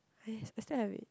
I still have it